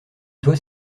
doit